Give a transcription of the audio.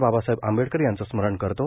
बाबासाहेब आंबेडकर यांचं स्मरण करतो